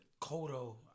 Kodo